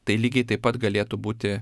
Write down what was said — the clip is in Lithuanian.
tai lygiai taip pat galėtų būti